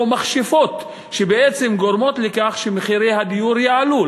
מכשפות שבעצם גורמות לכך שמחירי הדיור יעלו.